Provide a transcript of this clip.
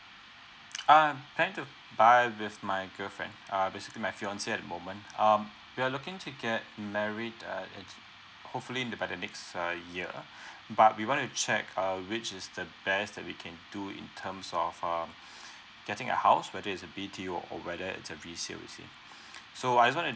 ah planning to buy with my girlfriend err basically my fiancée at the moment um we are looking to get married uh uh hopefully in the by the next err year but we want to check uh which is the best that we can do in terms of uh getting a house whether is a B_T_O or whether its a resale you see so I just want to